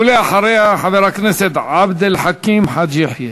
ואחריה, חבר הכנסת עבד אל חכים חאג' יחיא.